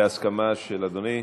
בהסכמה של אדוני?